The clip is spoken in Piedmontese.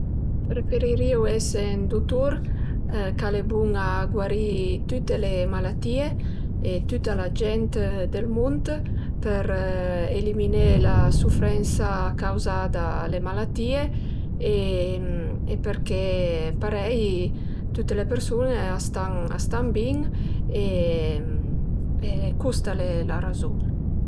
Preferirìu ese ën dutur ch'al e bun a guarì tüte le malatìe e tüta la gent dël mund për eliminé la sufrensa cauzà da le malatìe e përché parei tüte le persun-e a stan bin e custa al e la razun